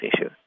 issue